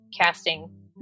casting